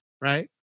right